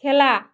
খেলা